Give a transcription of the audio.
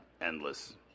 endless